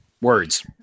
words